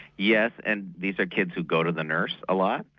yes and these are kids who go to the nurse a lot,